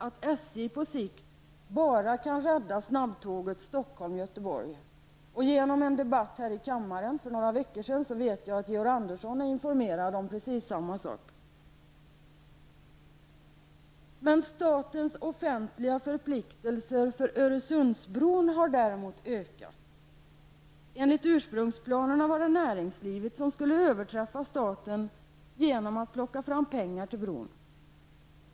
Stig Larsson brukar annars vara den ständige optimisten. Jag vet genom en debatt här i kammaren för några veckor sedan att Georg Andersson är informerad om detta. Men statens offentliga förpliktelser för Öresundsbron har däremot ökat. Enligt ursprunsplanerna var det näringslivet som skulle överträffa staten genom att plocka fram pengar till bron.